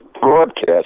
broadcast